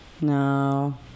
No